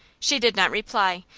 she did not reply,